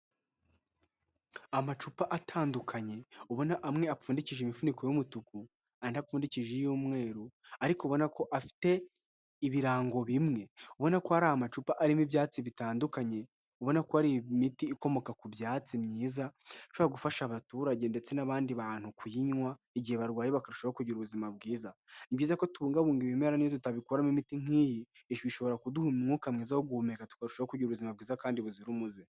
Amacupa atandukanye, ubona amwe apfundikishije imifuniko y'umutuku, andi apfundikije Iy'umweru ariko ubona ko afite ibirango bimwe. Ubona ko har’amacupa arimo ibyatsi bitandukanye ubona ko ari imiti ikomoka ku byatsi myiza, ishobora gufasha abaturage ndetse n'abandi bantu kuyinywa igihe barwaye, bakarushaho kugira ubuzima bwiza. Ni byiza ko tubungabunga ibimera neza tukabikoramo imiti nk'iyi, ibi bishobora kuduha umwuka mwiza wo guhumeka, tukarushaho kugira ubuzima bwiza kandi buzira umuze.